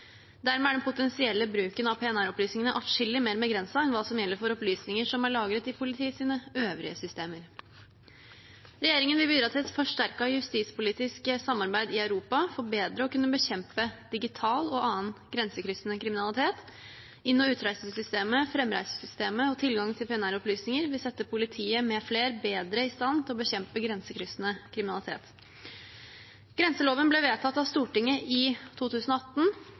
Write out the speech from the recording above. Dermed er den potensielle bruken av PNR-opplysningene atskillig mer begrenset enn hva som gjelder for opplysninger som er lagret i politiets øvrige systemer. Regjeringen vil bidra til et forsterket justispolitisk samarbeid i Europa for bedre å kunne bekjempe digital og annen grensekryssende kriminalitet. Inn- og utreisesystemet, fremreisesystemet og tilgangen til PNR-opplysninger vil sette politiet – med flere – bedre i stand til å bekjempe grensekryssende kriminalitet. Grenseloven ble vedtatt av Stortinget i 2018.